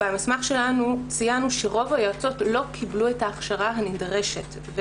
במסמך שלנו ציינו שרוב היועצות לא קיבלו את ההכשרה הנדרשת.